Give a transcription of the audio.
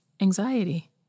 anxiety